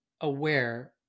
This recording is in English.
aware